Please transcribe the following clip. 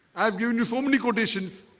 i have given you so many conditions